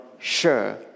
sure